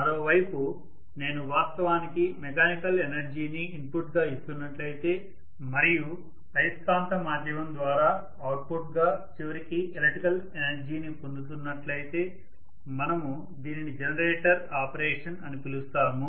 మరోవైపు నేను వాస్తవానికి మెకానికల్ ఎనర్జీని ఇన్పుట్గా ఇస్తున్నట్లయితే మరియు అయస్కాంతం మాధ్యమం ద్వారా అవుట్పుట్గా చివరికి ఎలక్ట్రికల్ ఎనర్జీని పొందబోతున్నట్లయితే మనము దీనిని జనరేటర్ ఆపరేషన్ అని పిలుస్తాము